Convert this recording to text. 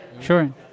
sure